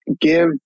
give